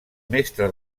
mestre